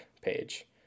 page